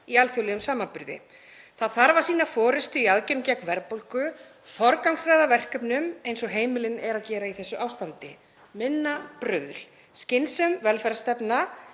í alþjóðlegum samanburði. Það þarf að sýna forystu í aðgerðum gegn verðbólgu, forgangsraða verkefnum eins og heimilin eru að gera í þessu ástandi; minna bruðl. Skynsamleg velferðarstefna